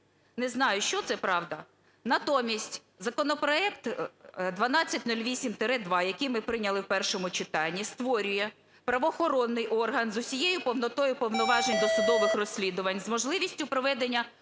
Не знаю, що це, правда. Натомість законопроект 1208-2, який ми прийняли в першому читанні, створює правоохоронний орган з усією повнотою повноважень досудових розслідувань з можливістю проведення